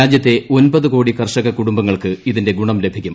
രാജ്യത്തെ ഒമ്പത് കോടി കർഷക കുടുംബങ്ങൾക്ക് ഇതിന്റെ ഗുണം ലഭിക്കും